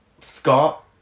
Scott